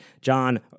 John